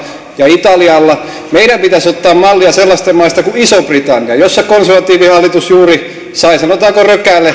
ja italialla meidän pitäisi ottaa mallia sellaisista maista kuin iso britannia jossa konservatiivihallitus juuri sai sanotaanko